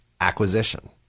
acquisition